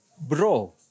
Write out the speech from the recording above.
Bro